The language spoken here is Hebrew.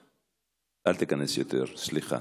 אל תיכנס יותר, סליחה.